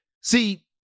See